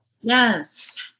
Yes